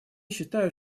считают